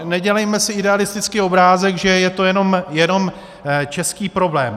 Nedělejme si idealistický obrázek, že je to jenom český problém.